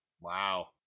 Wow